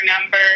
number